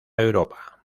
europa